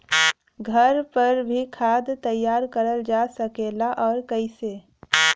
घर पर भी खाद तैयार करल जा सकेला और कैसे?